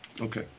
Okay